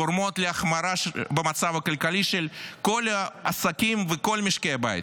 גורמות להחמרה במצב הכלכלי של כל העסקים וכל משקי הבית.